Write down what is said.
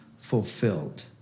fulfilled